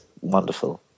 wonderful